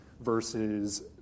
versus